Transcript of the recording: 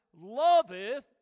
loveth